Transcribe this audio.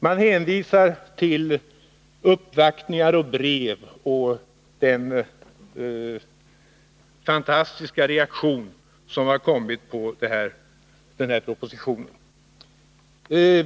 Man hänvisar till uppvaktningar och brev och den fantastiska reaktion som har kommit på den här propositionen.